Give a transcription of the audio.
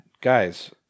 Guys